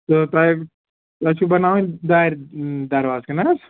تہٕ تۄہہِ تۄہہِ چھُو بَناوٕنۍ دارِ دروازٕ کِنہٕ حظ